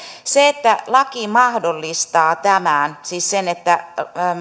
se että laki mahdollistaa tämän siis sen että